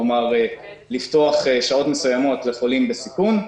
כלומר לפתוח שעות מסוימות לחולים בסיכון,